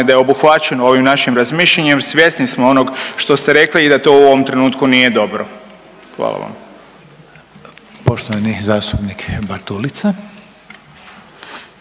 da je obuhvaćeno ovim našim razmišljanjem. Svjesni smo onog što ste rekli i da to u ovom trenutku nije dobro. Hvala vam. **Reiner, Željko (HDZ)** Poštovani zastupnik Bartulica.